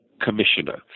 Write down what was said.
commissioner